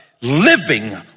living